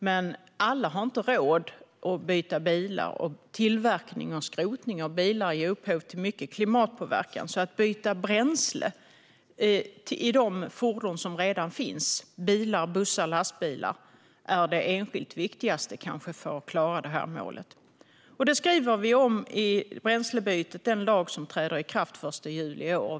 Men alla har inte råd att byta bil, och tillverkning och skrotning av bilar ger upphov till mycket klimatpåverkan. Byte av bränsle i de fordon som redan finns - bilar, bussar och lastbilar - är kanske det enskilt viktigaste för att klara att nå målet. Vi skriver om bränslebytet i den lag som träder i kraft den 1 juli i år.